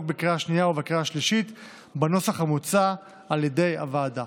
בקריאה השנייה ובקריאה השלישית בנוסח המוצע על ידי הוועדה.